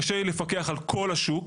קשה לי לפקח על כל השוק.